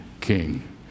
king